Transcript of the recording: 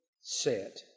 set